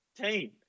team